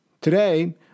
Today